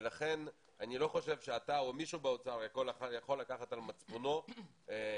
ולכן אני לא חושב שאתה או מישהו באוצר יכול לקחת על מצפונו עצירה